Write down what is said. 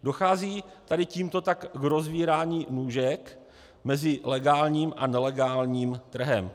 Dochází tady tímto tak k rozvírání nůžek mezi legálním a nelegálním trhem.